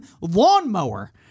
lawnmower